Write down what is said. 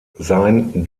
sein